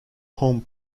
home